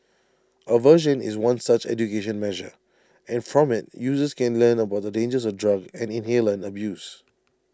aversion is one such education measure and from IT users can learn about the dangers of drug and inhalant abuse